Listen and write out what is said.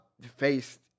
faced